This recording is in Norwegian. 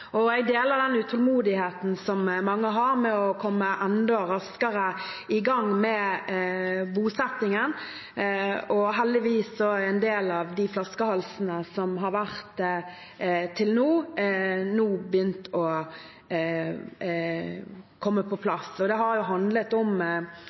Jeg deler den utålmodigheten som mange har med å komme enda raskere i gang med bosettingen, og heldigvis er en del av de flaskehalsene som har vært til nå, begynt å komme på